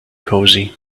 cosy